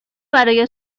برای